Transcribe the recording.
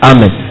Amen